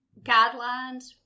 guidelines